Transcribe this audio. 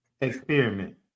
Experiment